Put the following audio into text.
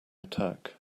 attack